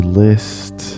list